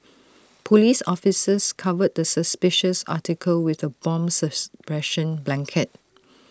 Police officers covered the suspicious article with A bomb suppression blanket